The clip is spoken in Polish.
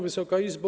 Wysoka Izbo!